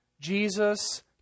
Jesus